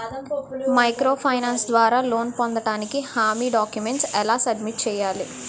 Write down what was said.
Micro finance ద్వారా loan పొందటానికి హామీ డాక్యుమెంట్స్ ఎం సబ్మిట్ చేయాలి?